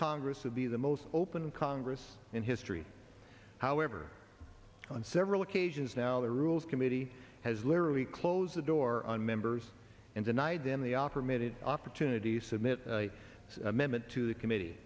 congress would be the most open congress in history however on several occasions now the rules committee has literally closed the door on members and denied them the opera made it opportunity submit amendment to the committee